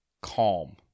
calm